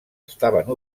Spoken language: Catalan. estaven